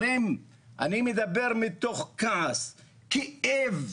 חברים, אני מדבר מתוך כעס, כאב.